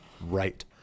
right